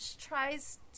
tries